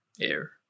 air